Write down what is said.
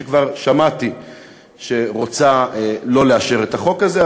שכבר שמעתי שרוצה לא לאשר את החוק הזה,